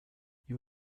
you